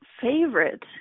favorite